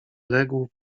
legł